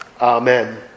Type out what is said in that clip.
Amen